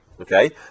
Okay